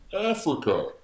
Africa